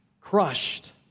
crushed